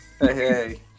Hey